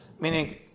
meaning